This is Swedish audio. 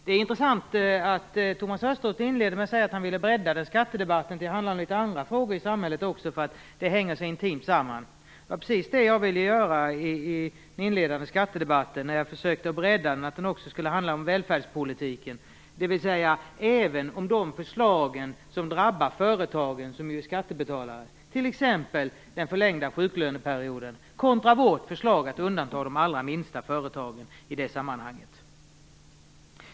Det är intressant att Thomas Östros inledde med att säga att han ville bredda skattedebatten till att också gälla andra frågor i samhället, eftersom de hänger så intimt samman. Det var precis det som jag vill göra i den inledande skattedebatten när jag försökte att ta upp välfärdspolitiken och de förslag som drabbar företagen som ju också är skattebetalare, t.ex. den förlängda sjuklöneperioden kontra vårt förslag att undanta de allra minsta företagen.